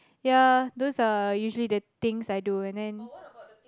ya those are usually the things I do and then